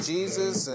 Jesus